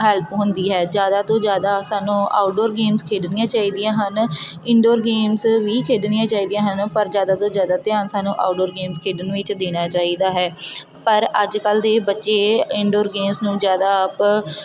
help ਹੁੰਦੀ ਹੈ ਜ਼ਿਆਦਾ ਤੋਂ ਜ਼ਿਆਦਾ ਸਾਨੂੰ ਆਊਟਡੋਰ ਗੇਮਸ ਖੇਡਣੀਆਂ ਚਾਹੀਦੀਆਂ ਹਨ ਇਨਡੋਰ ਗੇਮਸ ਵੀ ਖੇਡਣੀਆਂ ਚਾਹੀਦੀਆਂ ਹਨ ਪਰ ਜ਼ਿਆਦਾ ਤੋਂ ਜ਼ਿਆਦਾ ਧਿਆਨ ਸਾਨੂੰ ਆਊਟਡੋਰ ਗੇਮਸ ਖੇਡਣ ਵਿੱਚ ਦੇਣਾ ਚਾਹੀਦਾ ਹੈ ਪਰ ਅੱਜ ਕੱਲ੍ਹ ਦੇ ਬੱਚੇ ਇਨਡੋਰ ਗੇਮਸ ਨੂੰ ਜ਼ਿਆਦਾ ਅਪ